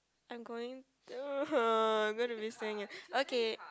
I'm going I'm going to saying okay